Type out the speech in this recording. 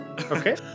Okay